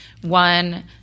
one